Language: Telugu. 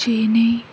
జీని